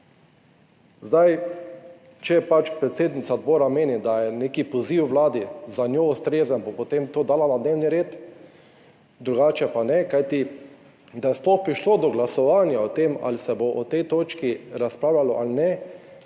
Zdaj, če pač predsednica odbora meni, da je nek poziv Vladi za njo ustrezen, bo potem to dala na dnevni red, drugače pa ne, kajti, da je sploh prišlo do glasovanja o tem, ali se bo o tej točki razpravljalo ali ne,